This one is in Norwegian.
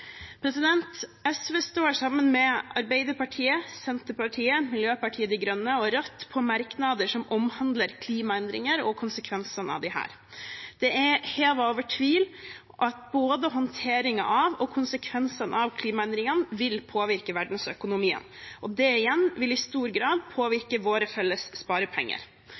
SV står sammen med Arbeiderpartiet, Senterpartiet, Miljøpartiet De Grønne og Rødt om merknader som omhandler klimaendringer og konsekvensene av dem. Det er hevet over tvil at både håndteringen av og konsekvensene av klimaendringene vil påvirke verdensøkonomien. Det igjen vil i stor grad påvirke våre felles sparepenger.